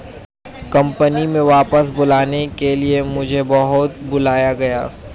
company में वापस बुलाने के लिए मुझे बहुत लुभाया गया